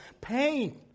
pain